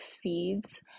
seeds